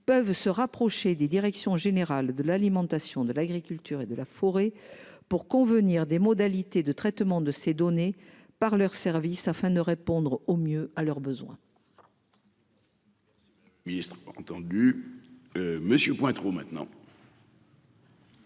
peuvent se rapprocher des directions générale de l'alimentation de l'agriculture et de la forêt pour convenir des modalités de traitement de ces données par leur service afin de répondre au mieux à leurs besoins.--